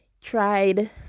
tried